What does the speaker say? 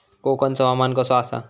कोकनचो हवामान कसा आसा?